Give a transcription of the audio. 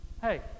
Hey